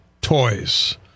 toys